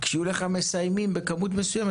כשיהיו לך מסיימים בכמות מסוימת,